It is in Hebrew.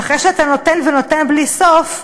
ואחרי שאתה נותן ונותן בלי סוף,